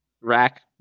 Rack